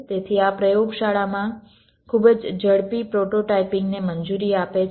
તેથી આ પ્રયોગશાળામાં ખૂબ જ ઝડપી પ્રોટોટાઇપિંગ ને મંજૂરી આપે છે